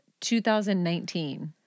2019